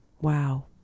Wow